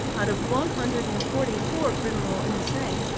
out of one hundred and forty-four criminal insane,